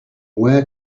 where